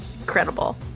Incredible